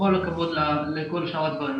בכל הכבוד לכל שאר הדברים,